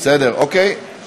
למה לא משנה?